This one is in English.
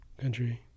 Country